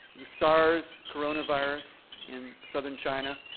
the sars coronavirus in southern china,